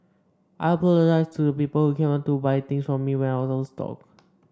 I apologise to the people who came to buy things from me when I was out of stock